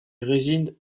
réside